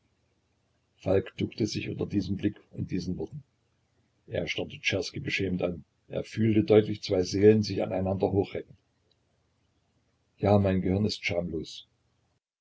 falk duckte sich unter diesem blick und diesen worten er starrte czerski beschämt an er fühlte deutlich zwei seelen sich an einander hochrecken ja mein gehirn ist schamlos